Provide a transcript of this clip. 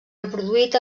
reproduït